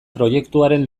proiektuaren